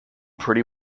pretty